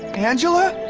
angela?